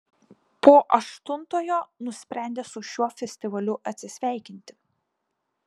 po aštuntojo nusprendė su šiuo festivaliu atsisveikinti